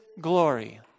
glory